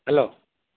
hello